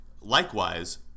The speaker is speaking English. likewise